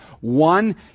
One